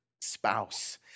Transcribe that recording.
spouse